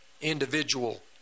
individual